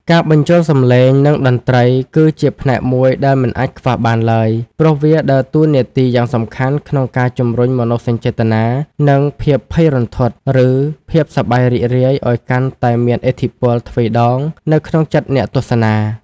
ការបញ្ចូលសំឡេង និងតន្ត្រីគឺជាផ្នែកមួយដែលមិនអាចខ្វះបានឡើយ ព្រោះវាដើរតួនាទីយ៉ាងសំខាន់ក្នុងការជម្រុញមនោសញ្ចេតនា និងភាពភ័យរន្ធត់ ឬភាពសប្បាយរីករាយឱ្យកាន់តែមានឥទ្ធិពលទ្វេដងនៅក្នុងចិត្តអ្នកទស្សនា។